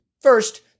First